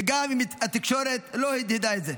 וגם אם התקשורת לא הדהדה את זה.